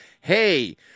hey